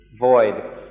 void